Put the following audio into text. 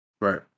Right